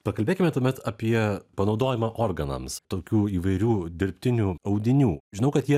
pakalbėkime tuomet apie panaudojimą organams tokių įvairių dirbtinių audinių žinau kad jie